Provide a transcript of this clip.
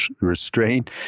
restraint